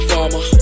Farmer